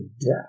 death